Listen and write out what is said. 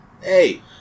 Hey